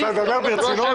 אתה מדבר ברצינות?